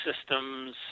systems